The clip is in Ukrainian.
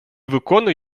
виконує